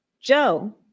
Joe